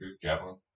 Javelin